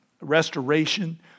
restoration